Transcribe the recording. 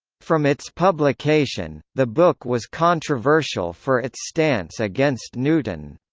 from its publication, the book was controversial for its stance against newton.